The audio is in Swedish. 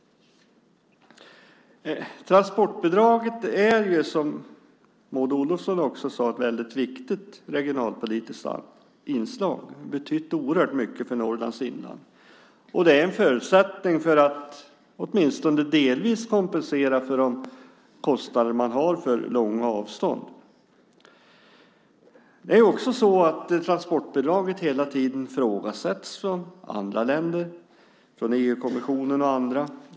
Transportbidraget är ju, som Maud Olofsson också sade, ett väldigt viktigt regionalpolitisk inslag. Det har betytt oerhört mycket för Norrlands inland. Det är en förutsättning som åtminstone delvis kompenserar för de kostnader man har för långa avstånd. Transportbidraget ifrågasätts också hela tiden av andra länder, av EU-kommissionen och andra.